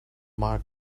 mark